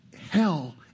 Hell